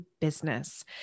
business